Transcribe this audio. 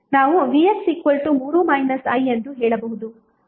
ನಾವುvx 3 i ಎಂದು ಹೇಳಬಹುದು